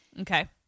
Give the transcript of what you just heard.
Okay